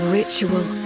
ritual